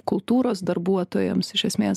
kultūros darbuotojams iš esmės